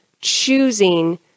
choosing